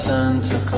Santa